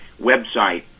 website